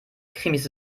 krimis